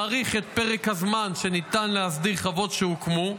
מאריך את פרק הזמן שניתן להסדיר בו חוות שהוקמו,